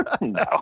no